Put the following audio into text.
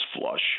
flush